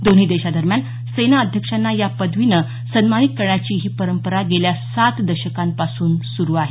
दोन्ही देशादरम्यान सेना अध्यक्षांना या पदवीनं सन्मानित करण्याची ही परंपरा गेल्या सात दशकांपासून सुरू आहे